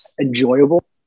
enjoyable